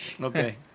okay